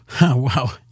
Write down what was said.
Wow